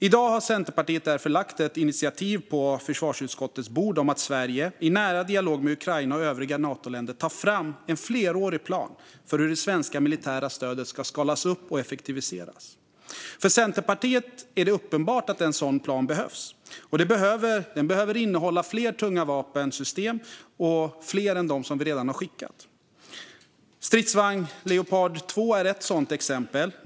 I dag har Centerpartiet därför lagt ett initiativ på försvarsutskottets bord om att Sverige i nära dialog med Ukraina och övriga Natoländer tar fram en flerårig plan för hur det svenska militära stödet ska skalas upp och effektiviseras. För Centerpartiet är det uppenbart att en sådan plan behövs. Den behöver innehålla fler tunga vapensystem - fler än dem som vi redan har skickat. Stridsvagnen Leopard 2 är ett sådant exempel.